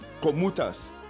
commuters